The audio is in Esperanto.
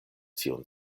tiun